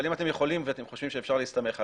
אבל אם אתם יכולים ואתם חושבים שאפשר להסתמך עליו,